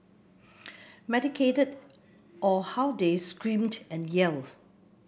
medicated or how they screamed and yelled